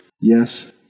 yes